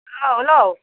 औ हेल'